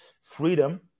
freedom